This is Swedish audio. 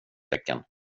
tecken